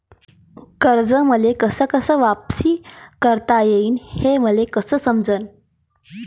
कर्ज कस कस वापिस करता येईन, हे मले कस समजनं?